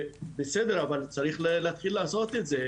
בסדר, אבל צריך להתחיל לעשות את זה.